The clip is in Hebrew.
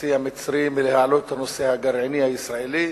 הנשיא המצרי מלהעלות את נושא הגרעין הישראלי,